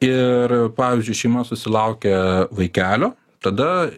ir pavyzdžiui šeima susilaukia vaikelio tada